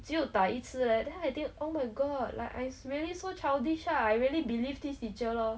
只有打一次 leh then I think oh my god like I really so childish lah I really believe this teacher lor